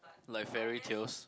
like fairy tales